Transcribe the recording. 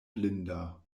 blinda